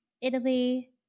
Italy